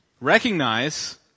Recognize